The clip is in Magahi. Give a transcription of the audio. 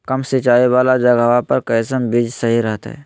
कम सिंचाई वाला जगहवा पर कैसन बीज सही रहते?